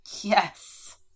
Yes